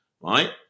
right